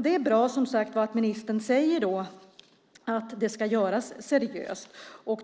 Det är bra att ministern säger att det ska göras seriöst.